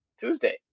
Tuesday